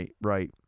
right